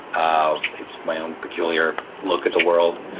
um it's my own peculiar look at the world,